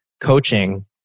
coaching